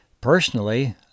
personally